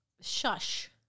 shush